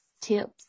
tips